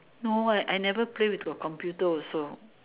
no leh I never play with the computer also